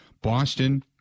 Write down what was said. Boston